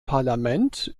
parlament